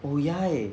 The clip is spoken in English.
oh ya